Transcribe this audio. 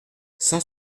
cent